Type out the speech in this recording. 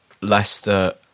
Leicester